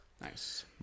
nice